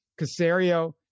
Casario